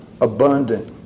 abundant